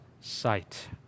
sight